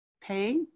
pay